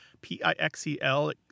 P-I-X-E-L